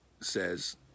says